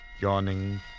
yawning